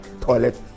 Toilet